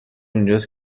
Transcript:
اونجاست